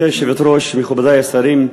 גברתי היושבת-ראש, מכובדי השרים,